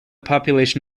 population